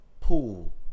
pool